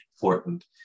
important